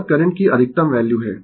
यह करंट की अधिकतम वैल्यू है